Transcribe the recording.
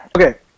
Okay